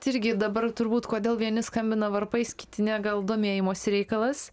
čia irgi dabar turbūt kodėl vieni skambina varpais kiti ne gal domėjimosi reikalas